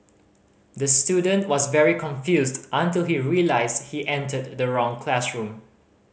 the student was very confused until he realised he entered the wrong classroom